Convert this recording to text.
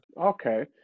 Okay